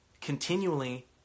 continually